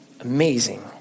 amazing